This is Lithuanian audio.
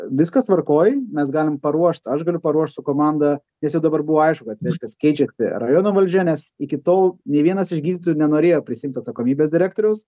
viskas tvarkoj mes galim paruošt aš galiu paruošt su komanda nes jau dabar buvo aišku kad reiškias keičiasi rajono valdžia nes iki tol nė vienas iš gydytojų nenorėjo prisiimt atsakomybės direktoriaus